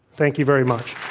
thank you very much.